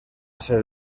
ser